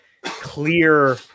clear